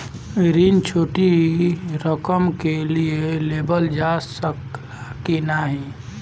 ऋण छोटी रकम के लिए लेवल जा सकेला की नाहीं?